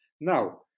Now